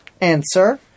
answer